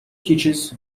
teaches